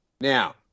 Now